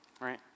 Right